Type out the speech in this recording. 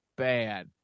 Bad